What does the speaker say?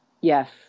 Yes